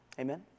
Amen